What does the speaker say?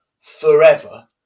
forever